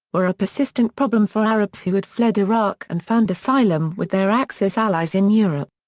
were a persistent problem for arabs who had fled iraq and found asylum with their axis allies in europe.